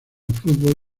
fútbol